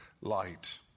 Light